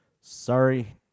sorry